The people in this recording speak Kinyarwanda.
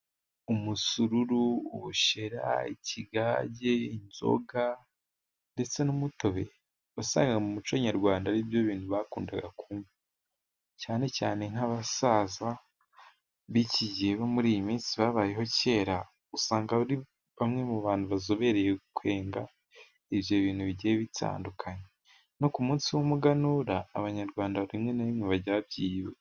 Umusururu, ubushera, ikigage, inzoga, ndetse n'umutobe, wasangaga mu muco Nyarwanda ari byo bintu bakunda, cyane cyane nk'abasaza b'iki gihe bo muri iyi minsi babayeho kera, usanga ari bamwe mu bantu bazobereye kwenga ibyo bintu bigiye bitandukanye, no ku munsi w'umuganura abanyarwanda rimwe na rimwe bajya babyiyibutsa.